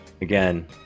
again